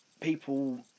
people